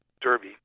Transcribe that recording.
Derby